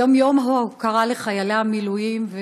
היום יום ההוקרה לחיילי המילואים.